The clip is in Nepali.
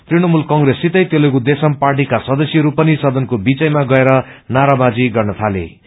तृणमूल कंप्रेस सितै तेलुगु देशम पार्टीका सदस्यहरू पनि सदनको बीचैमा गएर नाराबरजी गर्न लागे